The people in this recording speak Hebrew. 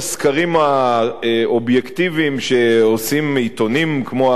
האובייקטיביים שעושים עיתונים כמו ה"טיימס"